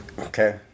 Okay